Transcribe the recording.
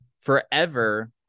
forever